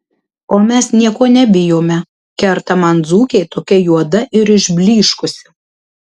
o mes nieko nebijome kerta man dzūkė tokia juoda ir išblyškusi